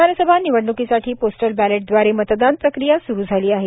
विधानसभा निवडणूकीसाठी पोस्टल बॅलेटव्दारे मतदान प्रक्रिया सुरु झाली आहे